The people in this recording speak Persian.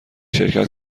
شرکت